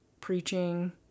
preaching